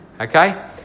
Okay